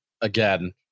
again